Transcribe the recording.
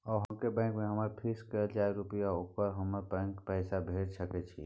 अहाँके बैंक में हमर फिक्स कैल जे रुपिया हय ओकरा बंधक रख पैसा भेट सकै छै कि?